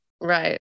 right